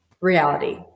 reality